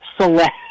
select